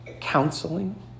Counseling